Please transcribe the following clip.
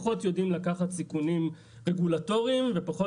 פחות יודעים לקחת סיכונים רגולטוריים ופחות